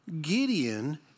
Gideon